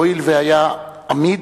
והואיל והיה אמיד,